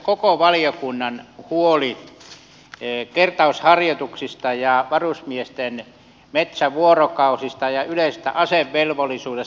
koko valiokunnan huolen kertausharjoituksista ja varusmiesten metsävuorokausista ja yleisestä asevelvollisuudesta